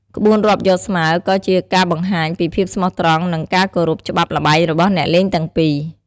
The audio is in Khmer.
ក្បួនរាប់យកស្មើក៏ជាការបង្ហាញពីភាពស្មោះត្រង់ និងការគោរពច្បាប់ល្បែងរបស់អ្នកលេងទាំងពីរ។